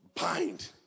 Bind